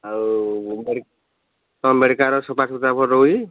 ଆଉ କଁ ମେଡ଼ିକାଲ୍ର ସଫା ସୁତୁରା ଭଲ ରହୁଛି